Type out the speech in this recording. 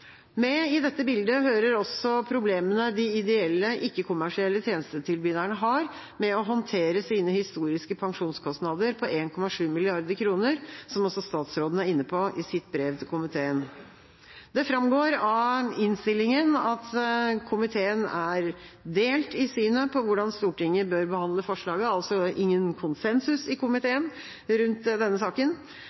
Med i dette bildet hører også problemene de ideelle, ikke-kommersielle tjenestetilbyderne har med å håndtere sine historiske pensjonskostnader på 1,7 mrd. kr, som også statsråden er inne på i sitt brev til komiteen. Det framgår av innstillinga at komiteen er delt i synet på hvordan Stortinget bør behandle forslaget, altså ingen konsensus i komiteen rundt denne saken.